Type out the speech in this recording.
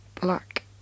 black